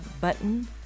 button